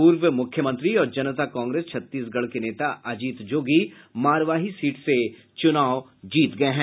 पूर्व मुख्यमंत्री और जनता कांग्रेस छत्तीसगढ़ के नेता अजीत जोगी मारवाही सीट से चुनाव जीत गए हैं